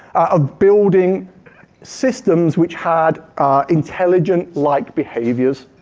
ah building systems which had intelligent like behaviors.